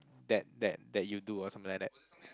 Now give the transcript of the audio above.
that that that you do or something like that